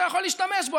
אתה יכול להשתמש בו.